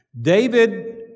David